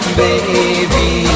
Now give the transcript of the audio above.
baby